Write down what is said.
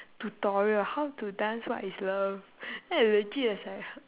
tutorial how to dance what is love then I legit is like